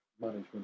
Management